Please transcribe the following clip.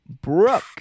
Brooke